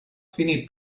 finì